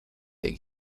day